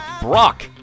Brock